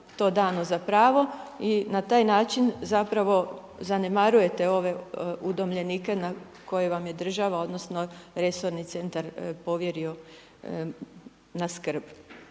to dano za pravo i na taj način zapravo zanemarujete ove udomljenike koje vam je država odnosno resorni centar povjerio na skrb.